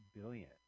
Billion